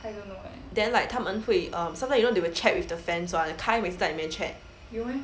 then like 他们会 um sometimes you know they will chat with the fans [one] kai 每次在里面 chat